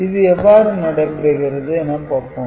இது எவ்வாறு நடைபெறுகிறது என பார்ப்போம்